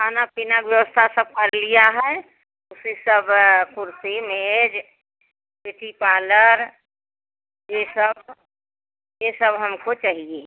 खाने पीने व्यवस्था सब कर लिए हैं फिर सब कुर्सी मेज़ किटी पालर यह सब यग सब हमको चाहिए